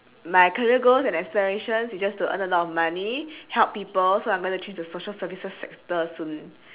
my career goals and aspirations is just to earn a lot of money help people so I'm gonna change to social services sector soon